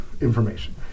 information